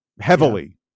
heavily